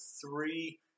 three